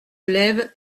lève